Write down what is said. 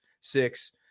six